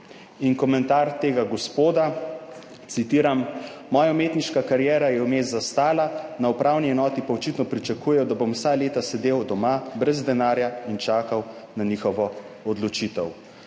In komentar tega gospoda, citiram: »Moja umetniška kariera je vmes zastala, na upravni enoti pa očitno pričakujejo, da bom vsa leta sedel doma, brez denarja, in čakal na njihovo odločitev.«